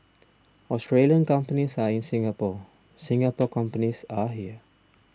Australian companies are in Singapore Singapore companies are here